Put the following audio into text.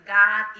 god